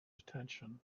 attention